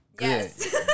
Yes